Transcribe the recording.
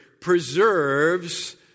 preserves